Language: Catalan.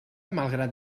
malgrat